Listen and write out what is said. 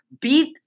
beat